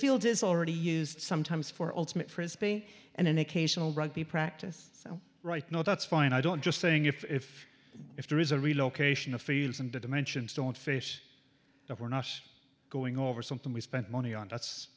field is already used sometimes for ultimate frisbee and an occasional rugby practice so right now that's fine i don't just saying if if there is a relocation of fields and dimensions don't fish if we're not going over something we spent money on that's